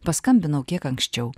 paskambinau kiek anksčiau